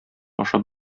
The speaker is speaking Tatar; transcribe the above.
ашап